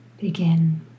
begin